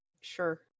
sure